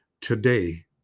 today